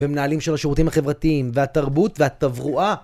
במנהלים של השירותים החברתיים, והתרבות והתברואה